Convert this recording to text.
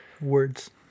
Words